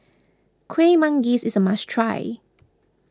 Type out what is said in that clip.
Kuih Manggis is a must try